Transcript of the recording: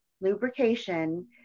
lubrication